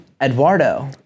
Eduardo